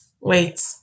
Wait